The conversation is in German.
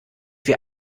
wir